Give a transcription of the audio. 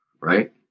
Right